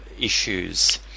issues